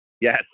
Yes